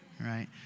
right